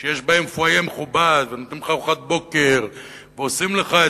שיש בהם פואיה מכובד ונותנים לך ארוחת בוקר ועושים לך את